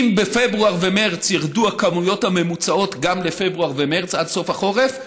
אם בפברואר ובמרס ירדו הכמויות הממוצעות גם לפברואר ומרס עד סוף החורף,